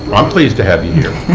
um pleased to have you